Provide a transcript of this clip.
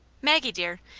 maggie dear,